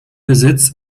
besitz